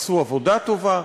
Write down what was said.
עשו עבודה טובה,